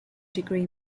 degree